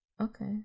Okay